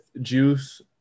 Juice